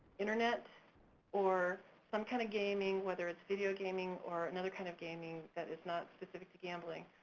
internet or some kind of gaming, whether it's video gaming or another kind of gaming that is not specific to gambling,